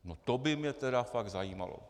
No to by mě tedy fakt zajímalo.